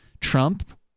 Trump